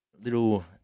Little